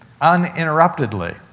uninterruptedly